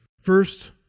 first